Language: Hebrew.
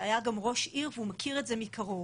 שהיה גם ראש עיר והוא מכיר את זה מקרוב,